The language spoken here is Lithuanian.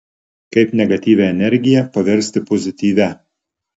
kaip negatyvią energiją paversti pozityvia